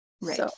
Right